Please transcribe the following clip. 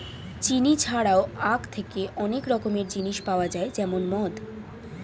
চিনি ছাড়াও আখ থেকে অনেক রকমের জিনিস পাওয়া যায় যেমন মদ